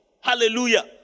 Hallelujah